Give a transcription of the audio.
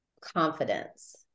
confidence